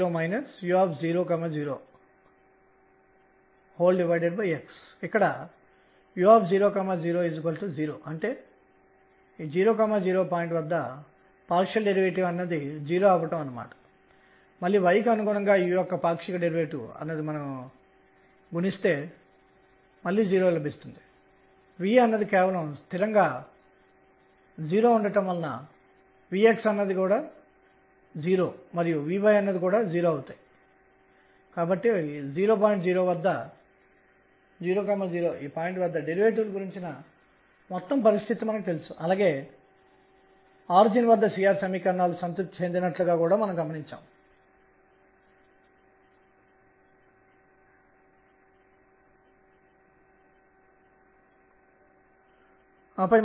pdϕ ను వర్తింపజేయడం చాలా సులభం ఇది మరేదో కాదు ఈ స్థిరాంకం Lz2π అనేది nh లేదా Lzn కి సమానంగా ఉండాలి ఇది ఒక క్వాంటం నిబంధన